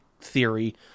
theory